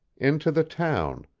into the town,